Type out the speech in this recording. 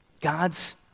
God's